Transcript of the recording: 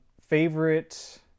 Favorite